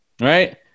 right